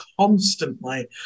constantly